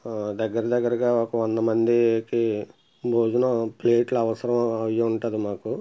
దగ్గరదగ్గరగా ఒక వందమందికి భోజనం ప్లేట్లు అవసరం అయ్యుంటది మాకు